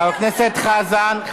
חבר הכנסת חזן.